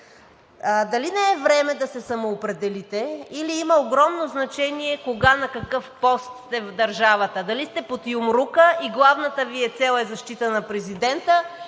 Дали не е време да се самоопределите, или има огромно значение кога на какъв пост сте в държавата – дали сте под юмрука и главната Ви цел е защита на президента,